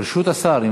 ברשות השר.